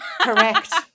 correct